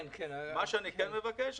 מה שאני כן מבקש,